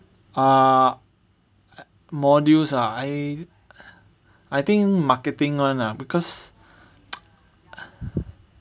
ah modules ah I I think marketing [one] ah because